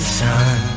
sun